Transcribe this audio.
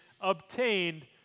obtained